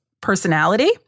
personality